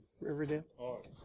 Riverdale